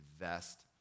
invest